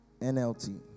NLT